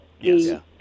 Yes